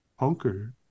Punker